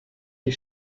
die